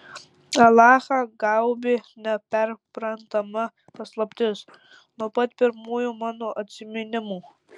alachą gaubė neperprantama paslaptis nuo pat pirmųjų mano atsiminimų